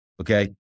Okay